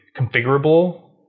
configurable